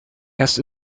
erst